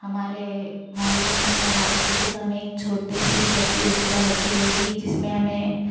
हमारे मोहल्ले में नवरात्रि के समय एक छोटे सी प्रतियोगिता रखी गई थी जिसमें हमें